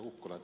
ukkola